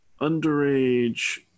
underage